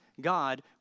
God